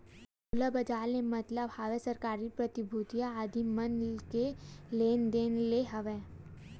खुला बजार ले मतलब हवय सरकारी प्रतिभूतिया आदि मन के लेन देन ले हवय